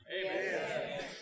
Amen